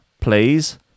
please